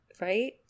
right